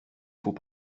faut